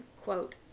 quote